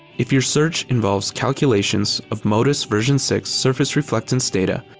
if your research involves calculations of modis version six surface reflectance data,